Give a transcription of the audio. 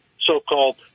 so-called